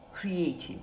creative